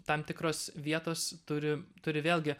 tam tikros vietos turi turi vėlgi